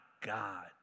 God